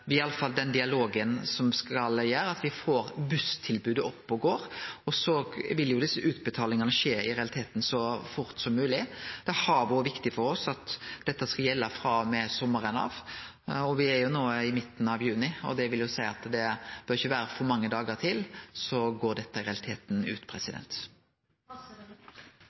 håper iallfall at den dialogen skal gjere at me får busstilbodet opp å gå. Desse utbetalingane vil i realiteten skje så fort som mogleg. Det har vore viktig for oss at dette skal gjelde frå og med sommaren av, og me er jo no i midten av juni, så det vil seie at det ikkje bør vere for mange dagar til dette i realiteten går ut.